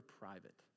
private